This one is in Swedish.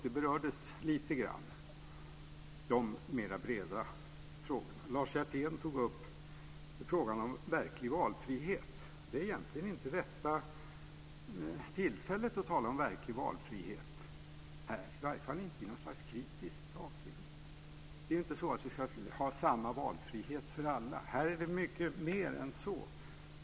De mer breda frågorna berördes lite grann. Lars Hjertén tog upp frågan om verklig valfrihet. Det här är egentligen inte rätta tillfället att tala om verklig valfrihet, i varje fall inte i något kritiskt avseende. Vi ska inte ha samma valfrihet för alla. Här är det fråga om mycket mer än så.